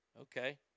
Okay